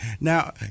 Now